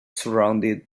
surrounded